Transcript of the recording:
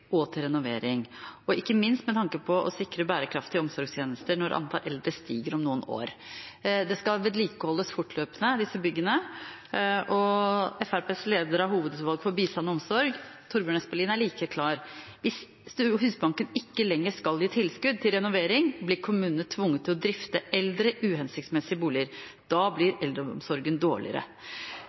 og til renovering, ikke minst med tanke på å sikre bærekraftige omsorgstjenester når antallet eldre stiger om noen år. Byggene skal vedlikeholdes fortløpende. Fremskrittspartiets leder av hovedutvalget for bistand og omsorg, Torbjørn Espelien, er like klar. Hvis Husbanken ikke lenger skal gi tilskudd til renovering, blir kommunene tvunget til å drifte eldre, uhensiktsmessige boliger. Da blir eldreomsorgen dårligere.